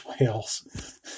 whales